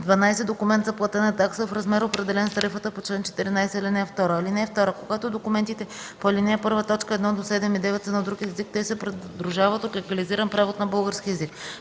12. документ за платена такса в размер, определен с тарифата по чл. 14, ал. 2. (2) Когато документите по ал. 1, т. 1-7 и 9 са на друг език, те се придружават от легализиран превод на български език.